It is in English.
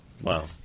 Wow